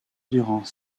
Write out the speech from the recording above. durant